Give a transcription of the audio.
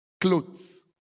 clothes